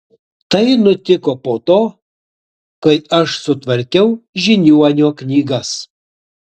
tai nutiko po to kai aš sutvarkiau žiniuonio knygas